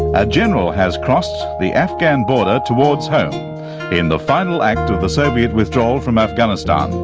a general has crossed the afghan border towards home in the final act of the soviet withdrawal from afghanistan.